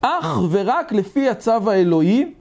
אך ורק לפי הצו האלוהי